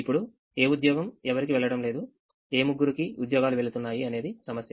ఇప్పుడు ఏ ఉద్యోగం ఎవరికీ వెళ్ళడం లేదు ఏ ముగ్గురు కిఉద్యోగాలువెళుతున్నాయి అనేది సమస్య